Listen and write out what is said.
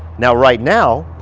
now right now,